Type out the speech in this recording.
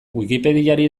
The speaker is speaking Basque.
wikipediari